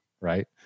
right